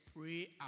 pray